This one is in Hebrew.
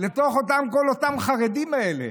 לכל אותם החרדים האלה.